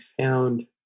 found